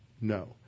No